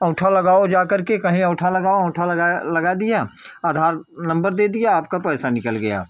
अंगूठा लगाओ जाकर के कहें अंगूठा लगाओ अंगूठा लगाया लगा दिया आधार नंबर दे दिया आपका पैसा निकल गया